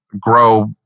grow